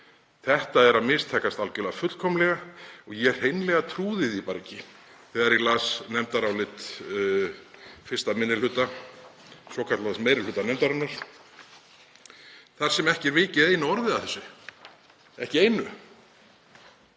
Þetta er að mistakast algerlega, fullkomlega. Ég hreinlega trúði því ekki þegar ég las nefndarálit 1. minni hluta, svokallaðs meiri hluta nefndarinnar, þar sem ekki er vikið einu orði að þessu, ekki einu.